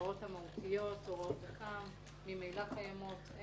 ההוראות המהותיות, הוראת תכ"ם, ממילא קיימות.